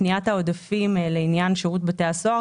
פניית העודפים לעניין שירות בתי הסוהר